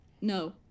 No